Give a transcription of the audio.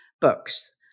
books